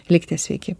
likte sveiki